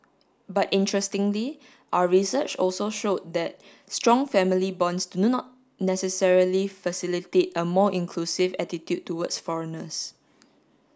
but interestingly our research also showed that strong family bonds do not necessarily facilitate a more inclusive attitude towards foreigners